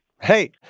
Hey